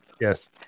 Yes